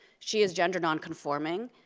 she is gender non-conforming.